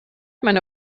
meine